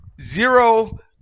zero